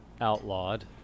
outlawed